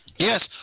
Yes